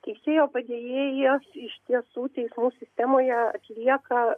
teisėjo padėjėjas iš tiesų teismų sistemoje atlieka